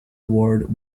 ward